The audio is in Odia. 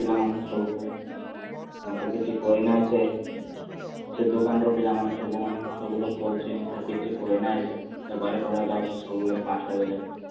ପିଲାମାନେ ସବୁ କହୁଛି ମୋତେ କିଛି କହିନାହିଁ ସେ ସେ ଦୋକାନର ପିଲାମାନେ ସବୁମାନେ ସବୁଲୋକ କହୁଛି ମୁଁ ତ କିଛି କହିନାହିଁ ସେ ବାହାରି ପଲାଇ ଯାଉଛି ସବୁବେଲେ ପାଞ୍ଚଟାବେଲେ